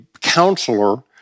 counselor